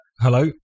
Hello